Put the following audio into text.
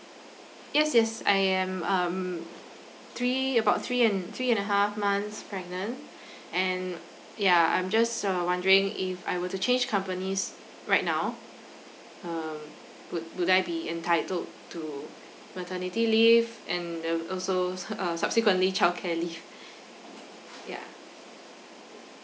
yes yes I am um three about three and three and a half months pregnant and yeah I'm just uh wondering if I were to change companies right now um would would I be entitled to maternity leave and um also err subsequently childcare leave yeah